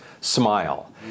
smile